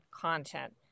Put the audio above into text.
content